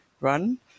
run